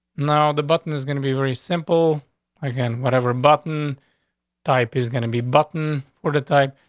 now the button is gonna be very simple again. whatever button type is gonna be button or the type.